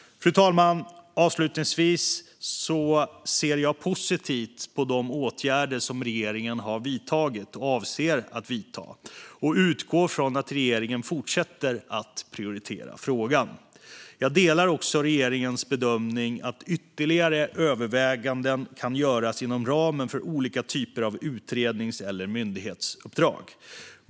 Fru talman! Avslutningsvis ser jag positivt på de åtgärder som regeringen har vidtagit och avser att vidta och utgår från att regeringen fortsätter att prioritera frågan. Jag delar också regeringens bedömning att ytterligare överväganden kan göras inom ramen för olika typer av utrednings eller myndighetsuppdrag.